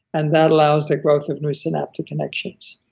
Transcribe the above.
and that allows the growth of new synaptic connections